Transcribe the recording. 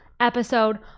episode